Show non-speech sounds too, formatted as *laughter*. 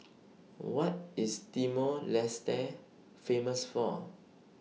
*noise* What IS Timor Leste Famous For